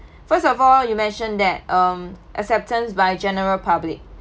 first of all you mentioned that um acceptance by general public